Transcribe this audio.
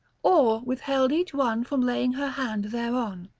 awe withheld each one from laying her hand thereon.